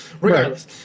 regardless